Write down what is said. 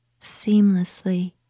seamlessly